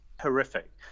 Horrific